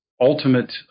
ultimate